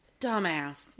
Dumbass